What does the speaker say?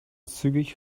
zügig